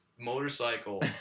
motorcycle